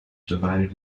divided